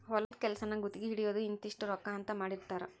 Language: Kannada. ಹೊಲದ ಕೆಲಸಾನ ಗುತಗಿ ಹಿಡಿಯುದು ಇಂತಿಷ್ಟ ರೊಕ್ಕಾ ಅಂತ ಮಾತಾಡಿರತಾರ